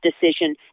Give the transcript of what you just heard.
decision